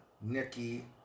Nikki